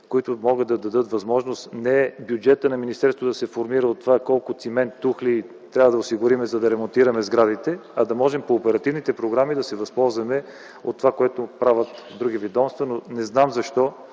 които могат да дадат възможност за тези дейности, а не бюджетът на министерството да се формира от това колко цимент и тухли трябва да осигурим, за да ремонтираме сградите, а да можем по оперативните програми да се възползваме от това. То се прави в други ведомства,